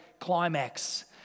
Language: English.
climax